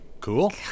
Cool